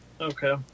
Okay